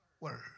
word